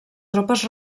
tropes